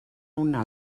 una